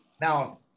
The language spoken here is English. now